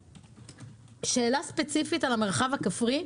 שאלה ספציפית על המרחב בכפרי.